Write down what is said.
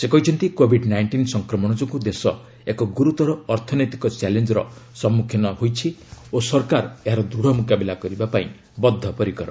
ସେ କହିଛନ୍ତି covid nineteen ସଂକ୍ରମଣ ଯୋଗୁଁ ଦେଶ ଏକ ଗୁରୁତର ଅର୍ଥନୈତିକ ଚ୍ୟାଲେଞ୍ଜର ସମ୍ମୁଖୀନ ହୋଇଛି ଓ ସରକାର ଏହାର ଦୃଢ଼ ମୁକାବିଲା କରିବା ପାଇଁ ବଦ୍ଧପରିକର